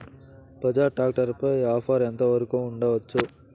Bajaj tractor పై offer ఎంత వరకు ఉండచ్చు?